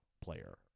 player